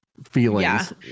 feelings